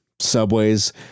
subways